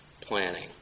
planning